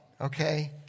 Okay